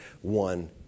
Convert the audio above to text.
One